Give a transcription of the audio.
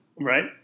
Right